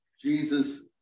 Jesus